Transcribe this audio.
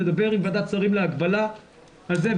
נדבר עם ועדת שרים להגבלה על זה,